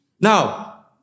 Now